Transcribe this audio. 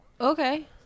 okay